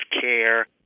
care